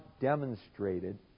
demonstrated